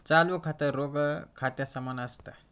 चालू खातं, रोख खात्या समान असत